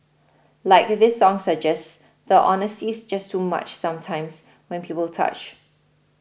like this song suggests the honesty's just too much sometimes when people touch